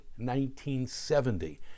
1970